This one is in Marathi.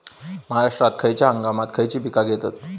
महाराष्ट्रात खयच्या हंगामांत खयची पीका घेतत?